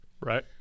Right